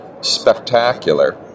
spectacular